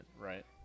right